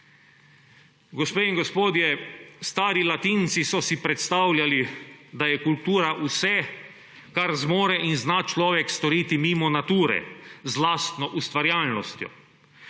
Gospe in gospodje! Stari Latinci so si predstavljali, da je kultura vse, kar zmore in zna človek storiti mimo nature z lastno ustvarjalnostjo.